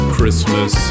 Christmas